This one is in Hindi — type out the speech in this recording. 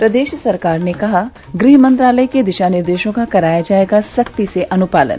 प्रदेश सरकार ने कहा गृह मंत्रालय के दिशा निर्देशों का कराया जाएगा सख्ती से अनुपालन